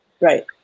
right